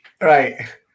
Right